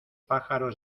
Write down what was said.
pájaros